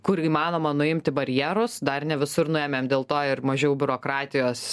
kur įmanoma nuimti barjerus dar ne visur nuėmėm dėl to ir mažiau biurokratijos